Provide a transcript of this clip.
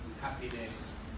happiness